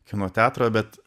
kino teatro bet